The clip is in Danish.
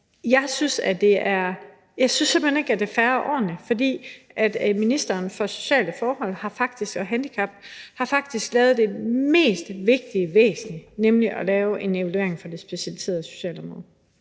jeg synes simpelt hen ikke, at det er fair og ordentligt, for ministeren for sociale forhold og handicap har faktisk lavet det mest vigtige og væsentlige, nemlig at lave en evaluering for det specialiserede socialområde.